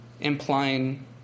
implying